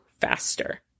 faster